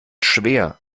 schwer